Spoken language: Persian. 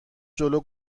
جلو